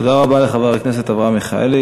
תודה רבה לחבר הכנסת מיכאלי.